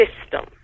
system